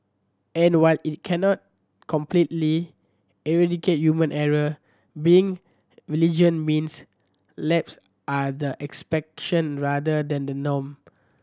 and while it cannot completely eradicate error being vigilant means laps are the exception rather than the norm